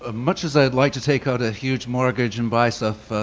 ah much as i'd like to take out a huge mortgage and buy stuff,